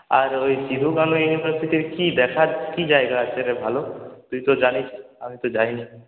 আর ওই সিধু কানু ইউনিভার্সিটি কি দেখার কি জায়গা আছে রে ভালো তুই তো জানিস আমি তো জানি না